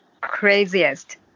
craziest